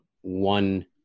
one